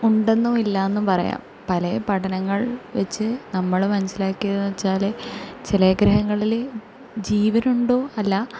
ഉണ്ടെന്നും ഇല്ലാന്നും പറയാം പല പഠനങ്ങൾ വെച്ച് നമ്മൾ മനസ്സിലാക്കിയത് എന്ന് വെച്ചാൽ ചില ഗ്രഹങ്ങളിൽ ജീവനുണ്ടോ അല്ല